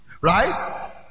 Right